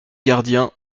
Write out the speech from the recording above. gardien